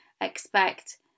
expect